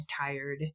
tired